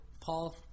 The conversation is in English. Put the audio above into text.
Paul